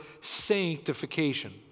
sanctification